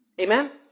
Amen